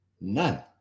none